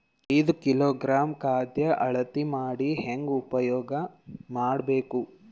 ಐದು ಕಿಲೋಗ್ರಾಂ ಖಾದ್ಯ ಅಳತಿ ಮಾಡಿ ಹೇಂಗ ಉಪಯೋಗ ಮಾಡಬೇಕು?